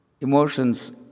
emotions